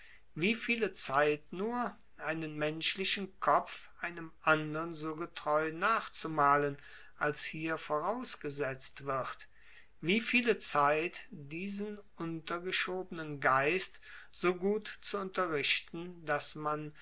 wie viele zeit nur einen menschlichen kopf einem andern so getreu nachzumalen als hier vorausgesetzt wird wie viele zeit diesen untergeschobenen geist so gut zu unterrichten daß man